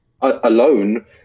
alone